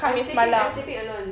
I'm sleeping I'm sleeping alone